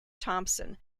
thompson